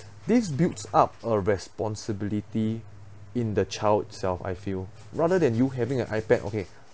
these builds up a responsibility in the child itself I feel rather than you having a ipad okay